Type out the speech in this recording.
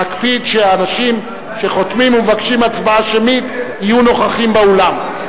להקפיד שהאנשים שחותמים ומבקשים הצבעה שמית יהיו נוכחים באולם.